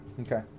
Okay